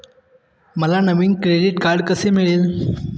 मला नवीन credit card कसे मिळेल?